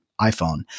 iphone